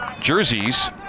jerseys